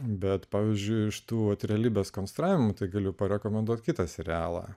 bet pavyzdžiui iš tų realybės konstravimo tai galiu parekomenduoti kitą serialą